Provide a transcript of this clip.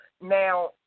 now